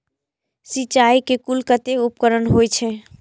सिंचाई के कुल कतेक उपकरण होई छै?